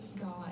God